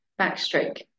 backstroke